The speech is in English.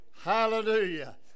Hallelujah